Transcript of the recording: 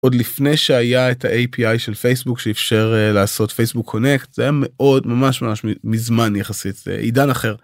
עוד לפני שהיה את ה-api של פייסבוק שאפשר לעשות פייסבוק קונקט זה מאוד ממש ממש מזמן יחסית עידן אחר.